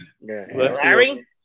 Larry